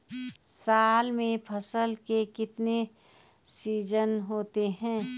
साल में फसल के कितने सीजन होते हैं?